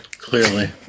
Clearly